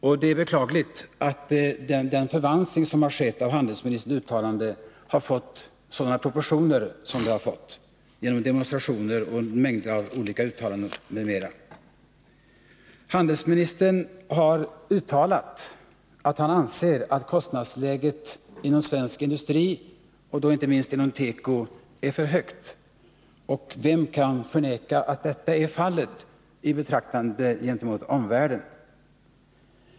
Och det är beklagligt att den förvanskning som skett av handelsministerns uttalande fått sådana proportioner som den fått genom demonstrationer, mängder av olika uttalanden m.m. Handelsministern har uttalat att han anser att kostnadsläget inom svensk industri, inte minst inom tekoindustrin, är för högt. Och vem kan, i betraktande av omvärlden, förneka att detta är fallet?